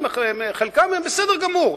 חלקם בסדר גמור,